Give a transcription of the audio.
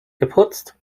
geputzt